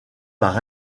par